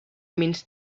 means